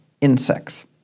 insects